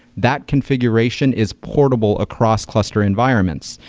that configuration is portable across cluster environments.